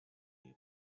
even